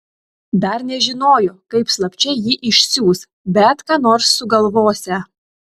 dar nežinojo kaip slapčia jį išsiųs bet ką nors sugalvosią